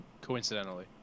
Coincidentally